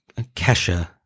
Kesha